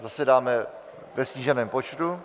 Zasedáme ve sníženém počtu.